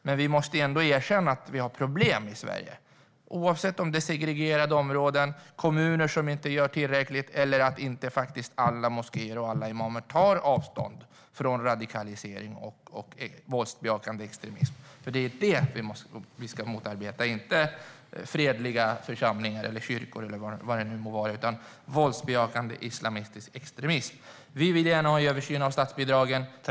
Men vi måste ändå erkänna att vi har problem i Sverige, oavsett om det handlar om segregerade områden, kommuner som inte gör tillräckligt eller att alla moskéer och imamer faktiskt inte tar avstånd från radikalisering och våldsbejakande extremism. Det är det vi ska motarbeta, inte fredliga församlingar eller kyrkor eller vad det nu är, utan våldsbejakande islamistisk extremism. Vi vill gärna ha en översyn av statsbidragen.